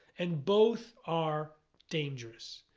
and both are dangerous.